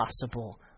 possible